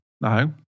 no